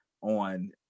on